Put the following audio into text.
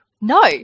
No